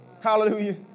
Hallelujah